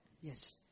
Yes